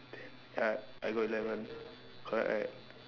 ten uh I got eleven correct right